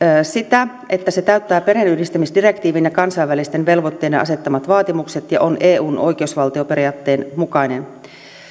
sitä että se täyttää perheenyhdistämisdirektiivin ja kansainvälisten velvoitteiden asettamat vaatimukset ja on eun oikeusvaltioperiaatteen mukainen